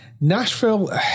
Nashville